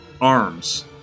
arms